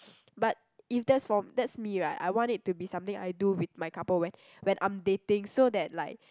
but if that's for that's me right I want it to be something I do with my couple when when I'm dating so that like